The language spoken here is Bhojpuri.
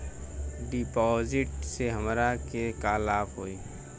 डिपाजिटसे हमरा के का लाभ होई?